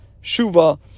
Shuvah